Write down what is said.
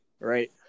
right